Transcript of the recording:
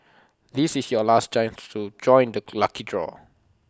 this is your last chance to join the lucky draw